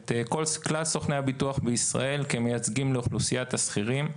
את כלל סוכני הביטוח בישראל כמייצגים לאוכלוסיית השכירים.